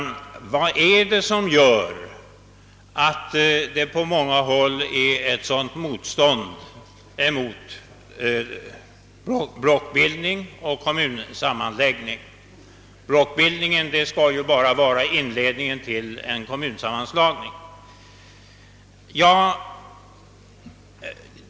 Vad är det som gör att det på många håll reses ett sådant motstånd mot blockbildning och kommunsammanläggning? Blockbildningen skall ju vara inledningen till en kommunsammanslagning.